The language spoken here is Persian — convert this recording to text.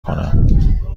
کنم